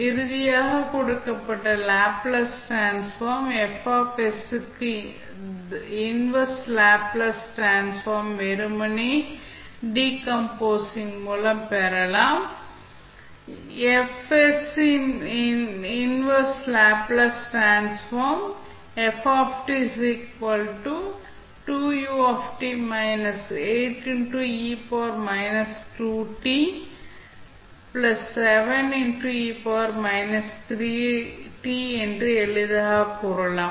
இறுதியாக கொடுக்கப்பட்ட Laplace transform க்கு தஇன்வெர்ஸ் லேப்ளேஸ் டிரான்ஸ்ஃபார்ம் வெறுமனே டீகம்போஸிங் மூலம் பெறலாம் Fs இன் இன்வெர்ஸ் லேப்ளேஸ் டிரான்ஸ்ஃபார்ம் என்று எளிதாகக் கூறலாம்